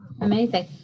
Amazing